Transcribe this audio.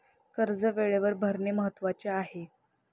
कर्ज वेळेवर भरणे महत्वाचे आहे